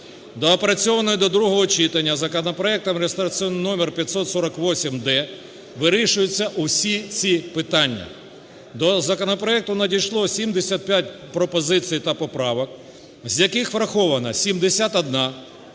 Доопрацьованим до другого читання законопроектом реєстраційний номер 5448-д вирішуються усі ці питання. До законопроекту надійшло 75 пропозицій та поправок, з яких враховано 71,